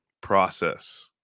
process